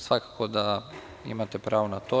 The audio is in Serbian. Svakako da imate pravo na to.